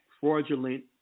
fraudulent